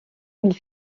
ils